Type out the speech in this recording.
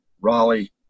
Raleigh